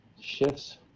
shifts